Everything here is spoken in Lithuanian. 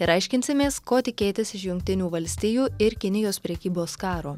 ir aiškinsimės ko tikėtis iš jungtinių valstijų ir kinijos prekybos karo